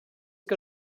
que